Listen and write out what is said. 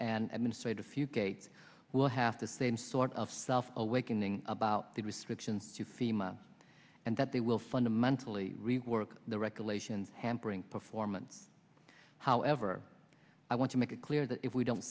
gates will have the same sort of self awakening about the restrictions to fema and that they will fundamentally rework the regulations hampering performance however i want to make it clear that if we don't